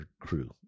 crew